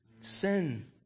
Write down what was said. Sin